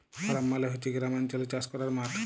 farm মালে হছে গেরামালচলে চাষ ক্যরার মাঠ